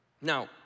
Now